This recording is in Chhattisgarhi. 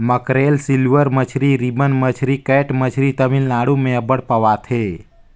मकैरल, सिल्वर मछरी, रिबन मछरी, कैट मछरी तमिलनाडु में अब्बड़ पवाथे